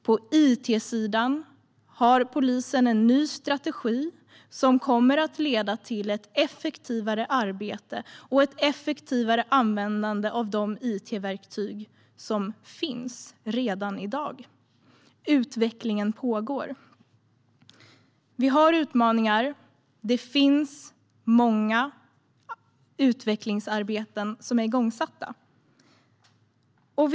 På it-sidan har polisen en ny strategi som kommer att leda till ett effektivare arbete och en effektivare användning av de it-verktyg som redan finns i dag. Utvecklingen pågår. Vi har utmaningar, och det finns många utvecklingsarbeten som har satts igång.